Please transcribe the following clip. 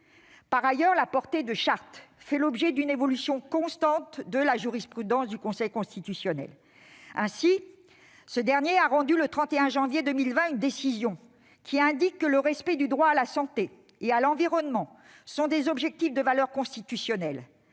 Par ailleurs, la portée de la Charte fait l'objet d'une évolution constante de la jurisprudence du Conseil constitutionnel. Le 31 janvier 2020, ce dernier a rendu une décision énonçant que le respect du droit à la santé et à l'environnement est un objectif de valeur constitutionnelle.